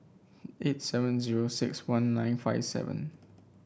eight seven zero six one nine five seven